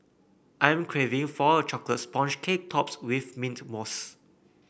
I am craving for a chocolate sponge cake topped with mint mousse